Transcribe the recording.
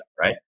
right